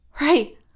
Right